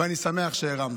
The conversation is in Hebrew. ואני שמח שהרמת.